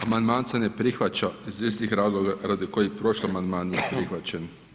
Amandman se ne prihvaća iz istih razloga radi kojih prošli amandman nije prihvaćen.